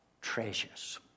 treasures